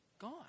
gone